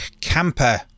Camper